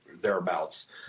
thereabouts